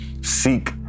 seek